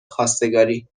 خواستگاری